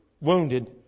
wounded